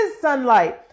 sunlight